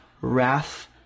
wrath